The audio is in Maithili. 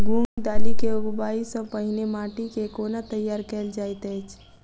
मूंग दालि केँ उगबाई सँ पहिने माटि केँ कोना तैयार कैल जाइत अछि?